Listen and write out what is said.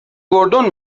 گردن